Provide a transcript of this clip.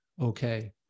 okay